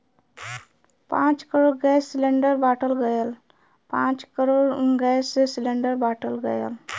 पाँच crore gas cylinder बाँटल गएल